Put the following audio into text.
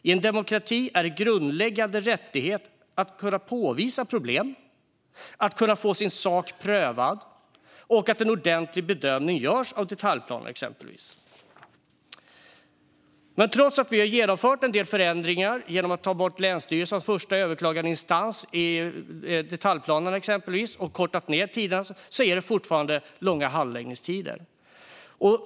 I en demokrati är det en grundläggande rättighet att kunna påvisa problem, att få sin sak prövad och att en ordentlig bedömning görs av till exempel detaljplanen. Men trots att en del förändringar har genomförts, till exempel genom att ta bort länsstyrelsernas första överklagandeinstans för detaljplanerna och därmed korta ned tiden, är det fortfarande långa handläggningstider.